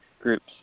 groups